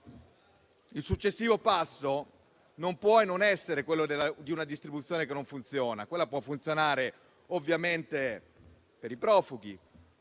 il successivo passo non può non essere quello di una distribuzione che non funziona. Quella può funzionare ovviamente per i profughi,